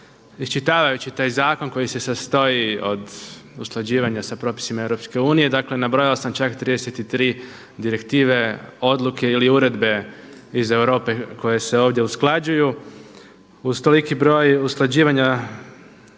iščitavajući taj zakon koji se sastoji od usklađivanja sa propisima EU dakle nabrojao sam čak 33 direktive odluke ili uredbe iz Europe koje se ovdje usklađuju. Uz toliki broj usklađivanja